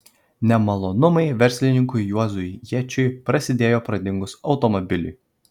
nemalonumai verslininkui juozui jėčiui prasidėjo pradingus automobiliui